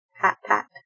pat-pat